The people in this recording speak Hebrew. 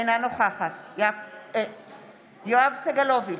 אינה נוכחת יואב סגלוביץ'